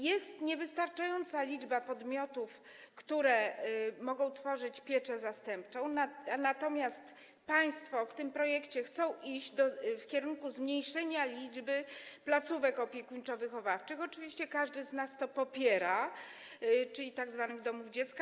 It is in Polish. Jest niewystarczająca liczba podmiotów, które mogą tworzyć pieczę zastępczą, natomiast państwo w tym projekcie chcą iść w kierunku zmniejszenia liczby placówek opiekuńczo-wychowawczych, oczywiście każdy z nas to popiera, czyli tzw. domów dziecka.